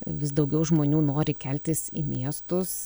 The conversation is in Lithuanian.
vis daugiau žmonių nori keltis į miestus